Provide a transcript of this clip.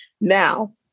Now